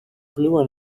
blue